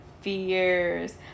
fears